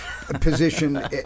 position